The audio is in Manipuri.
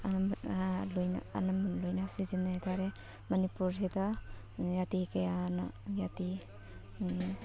ꯂꯣꯏꯅ ꯂꯣꯏꯅ ꯁꯤꯖꯤꯟꯅꯩ ꯍꯥꯏꯇꯥꯔꯦ ꯃꯅꯤꯄꯨꯔꯁꯤꯗ ꯖꯥꯇꯤ ꯀꯌꯥꯅ ꯖꯥꯇꯤ